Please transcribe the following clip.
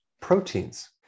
proteins